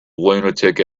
lunatic